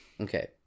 Okay